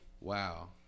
wow